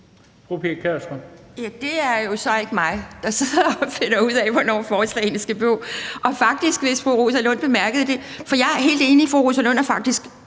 Det er jo så ikke mig, der sidder og finder ud af, hvornår forslagene skal på. Jeg er helt enig i, at fru Rosa Lund faktisk